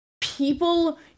people